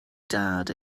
dad